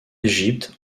égypte